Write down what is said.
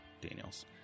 Daniels